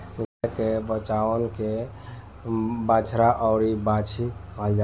गाय के बचवन के बाछा अउरी बाछी कहल जाला